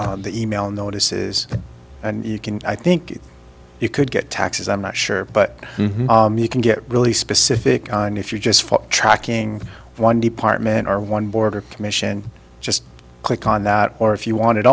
the email notices and you can i think you could get taxes i'm not sure but you can get really specific on if you just tracking one department or one border commission just click on that or if you want it